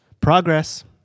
Progress